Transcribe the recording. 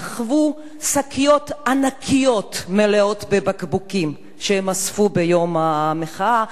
סחבו שקיות ענקיות מלאות בבקבוקים שהם אספו ביום המחאה.